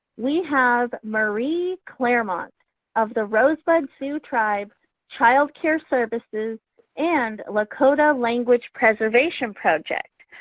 we have marie clairmont of the rosebud sioux tribe child care services and lakota language preservation project.